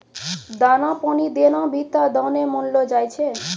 दाना पानी देना भी त दाने मानलो जाय छै